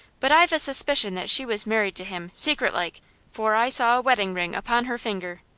but i've a suspicion that she was married to him, secretlike for i saw a wedding ring upon her finger.